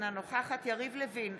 אינה נוכחת יריב לוין,